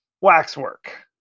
Waxwork